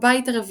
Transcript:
הבית ה-4